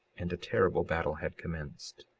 and a terrible battle had commenced.